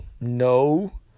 No